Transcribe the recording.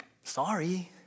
sorry